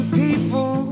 people